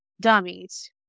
dummies